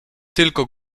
tylko